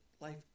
life